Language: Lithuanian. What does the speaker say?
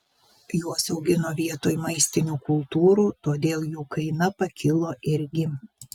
juos augino vietoj maistinių kultūrų todėl jų kaina pakilo irgi